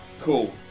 Cool